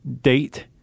date